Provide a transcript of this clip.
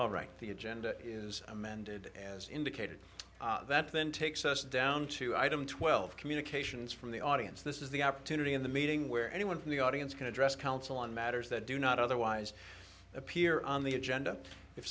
all right the agenda is amended as indicated that then takes us down to item twelve communications from the audience this is the opportunity in the meeting where anyone from the audience can address council on matters that do not otherwise appear on the agenda if